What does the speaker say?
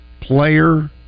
player